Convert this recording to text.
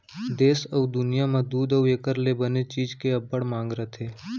देस अउ दुनियॉं म दूद अउ एकर ले बने चीज के अब्बड़ मांग रथे